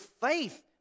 faith